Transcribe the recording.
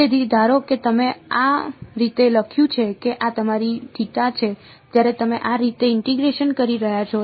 તેથી ધારો કે તમે આ રીતે લખ્યું છે કે આ તમારી થીટા છે જ્યારે તમે આ રીતે ઇન્ટીગ્રેશન કરી રહ્યા છો